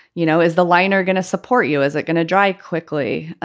you know, is the line are going to support you? is it going to dry quickly?